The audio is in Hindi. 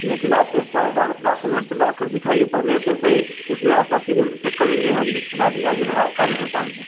लेकिन आप उसके सारे डॉक्यूमेंट लाकर दिखाइएगा तो पहले तो सही उसमें आपका सिबिल चेक करेंगे हम उसके बाद ही आगे बढ़ा कार्य कर पाएंगे